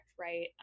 right